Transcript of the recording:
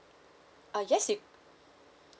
yes you